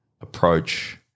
approach